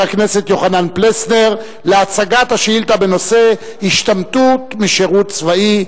הכנסת יוחנן פלסנר להצגת השאילתא בנושא השתמטות משירות צבאי,